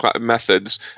methods